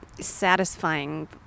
satisfying